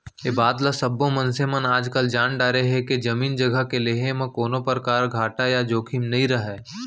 ए बात ल सब्बो मनसे मन आजकाल जान डारे हें के जमीन जघा के लेहे म कोनों परकार घाटा या जोखिम नइ रहय